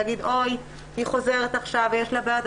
להגיד היא חוזרת עכשיו ויש לה בעיות,